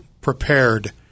prepared